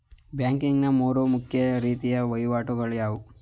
Banking ನ ಮೂರು ಮುಖ್ಯ ರೀತಿಯ ವಹಿವಾಟುಗಳು ಯಾವುವು?